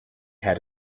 had